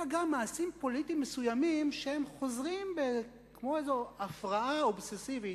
אלא גם מעשים פוליטיים מסוימים שחוזרים כמו איזו הפרעה אובססיבית.